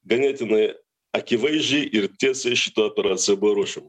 ganėtinai akivaizdžiai ir tiesiai šita operacija buvo ruošiama